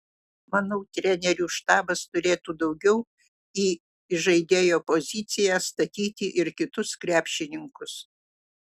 manau trenerių štabas turėtų daugiau į įžaidėjo poziciją statyti ir kitus krepšininkus